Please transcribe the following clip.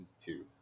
two